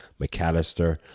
McAllister